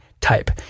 type